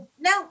No